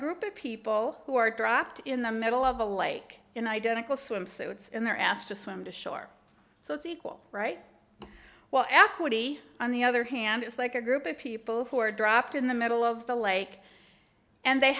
group of people who are dropped in the middle of the lake in identical swim suits and they're asked to swim to shore so it's equal right well activity on the other hand it's like a group of people who are dropped in the middle of the lake and they